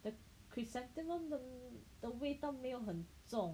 the chrysanthemum 的的味道没有很重